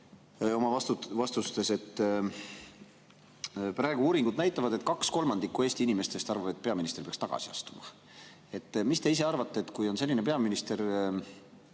kindlustundest. Praegu uuringud näitavad, et kaks kolmandikku Eesti inimestest arvab, et peaminister peaks tagasi astuma. Mis te ise arvate, kas sellel, kui on selline peaminister,